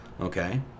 okay